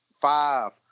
five